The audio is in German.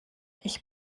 ich